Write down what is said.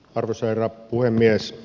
arvoisa herra puhemies